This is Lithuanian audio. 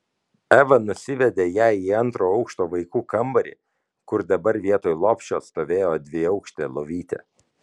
eva nusivedė ją į antro aukšto vaikų kambarį kur dabar vietoj lopšio stovėjo dviaukštė lovytė